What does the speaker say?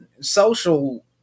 social